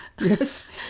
Yes